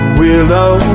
willow